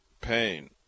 pain